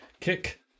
Kick